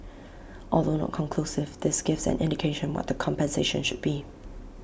although not conclusive this gives an indication what the compensation should be